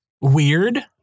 weird